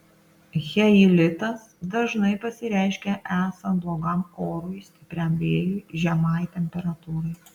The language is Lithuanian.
cheilitas dažnai pasireiškia esant blogam orui stipriam vėjui žemai temperatūrai